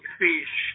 fish